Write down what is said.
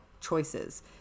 choices